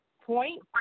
point